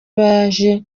baje